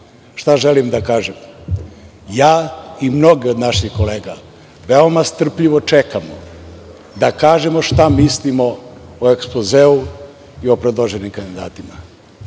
želim da kažem? Ja i mnogi od naših kolega veoma strpljivo čekamo da kažemo šta mislimo o ekspozeu i o predloženim kandidatima.